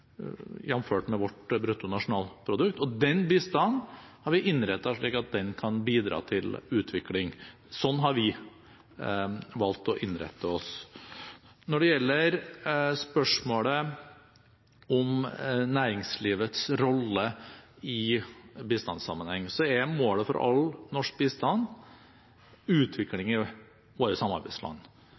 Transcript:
jf. med vårt bruttonasjonalprodukt – og den bistanden har vi innrettet slik at den kan bidra til utvikling. Sånn har vi valgt å innrette oss. Når det gjelder spørsmålet om næringslivets rolle i bistandssammenheng, er målet for all norsk bistand utvikling i våre samarbeidsland